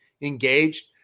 engaged